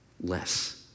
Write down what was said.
less